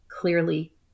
clearly